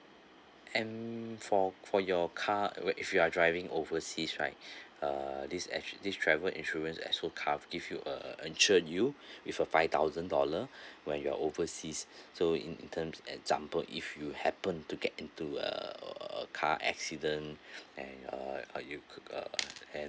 and for for your car wait if you are driving overseas right uh this actually this travel insurance as also cover give you uh insured you with a five thousand dollar when you're overseas so in in terms example if you happen to get into a err car accident and uh are you err and